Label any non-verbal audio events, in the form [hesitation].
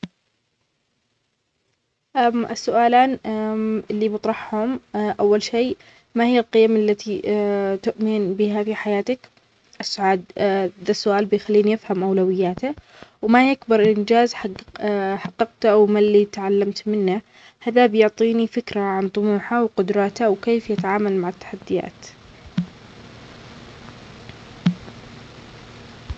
أ [hesitation] السؤالان [hesitation] اللى بطرحهم [hesitation] أول شيء ما هي القيم التي [hesitation] تؤمن بها بحياتك؟ السعاد [hesitation] ذا السؤال بيخلينى أفهم أولوياته، وما هى أكبر إنجاز حقق-أ-حققته أو من اللى أتعلمت منه؟ هذا بيعطينى فكرة عن طموحة وقدراته وكيف بيتعامل مع التحديات.